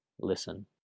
listen